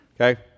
Okay